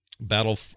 battle